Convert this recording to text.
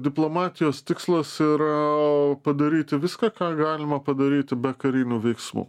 diplomatijos tikslas yra padaryti viską ką galima padaryti be karinių veiksmų